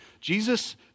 Jesus